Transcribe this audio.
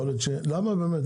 למה באמת?